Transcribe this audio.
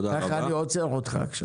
ואני עוצר אותך עכשיו.